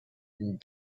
and